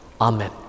Amen